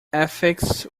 ethics